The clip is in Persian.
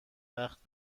وقت